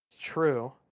true